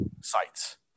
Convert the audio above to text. sites